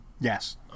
Yes